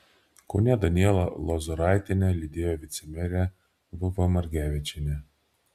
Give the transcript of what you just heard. kaune danielą lozoraitienę lydėjo vicemerė v v margevičienė